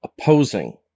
opposing